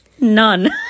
None